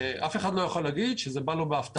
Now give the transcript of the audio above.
אף אחד לא יכול להגיד שזה בא לו בהפתעה.